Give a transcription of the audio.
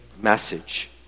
message